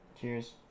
cheers